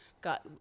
got